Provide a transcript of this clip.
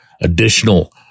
additional